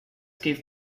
gave